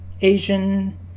Asian